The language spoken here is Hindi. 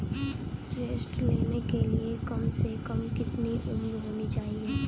ऋण लेने के लिए कम से कम कितनी उम्र होनी चाहिए?